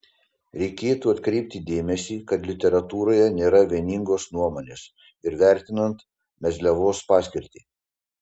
reikėtų atkreipti dėmesį kad literatūroje nėra vieningos nuomonės ir vertinant mezliavos paskirtį